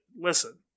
listen